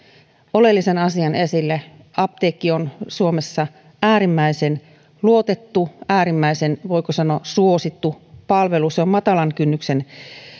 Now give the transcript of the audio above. oleellisen asian esille apteekki on suomessa äärimmäisen luotettu äärimmäisen voiko sanoa suosittu palvelu se on matalan kynnyksen